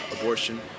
abortion